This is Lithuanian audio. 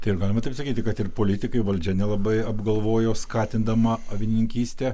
taip ar galima taip sakyti kad ir politikai valdžia nelabai apgalvojo skatindama avininkystę